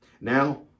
Now